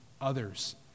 others